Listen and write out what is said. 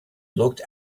looked